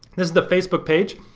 this is the facebook page.